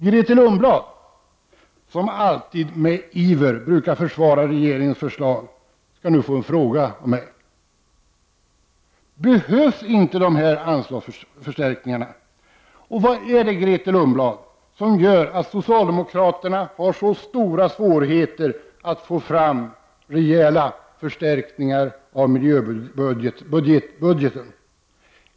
Grethe Lundblad som alltid med iver brukar försvara regeringens förslag skall nu få en fråga av mig. Behövs inte de här anslagsförstärkningarna, och vad är det som gör att socialdemokraterna har så stora svårigheter att få fram reella förstärkningar av miljöbudgeten?